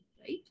Right